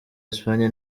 espagne